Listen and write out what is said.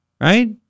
Right